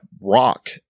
rock